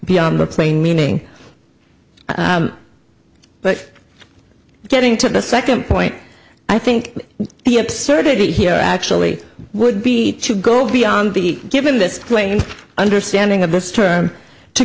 beyond the plain meaning but getting to the second point i think the absurdity here actually would be to go beyond the given this claim understanding of this term to